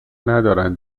ندارن